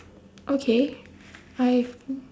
okay I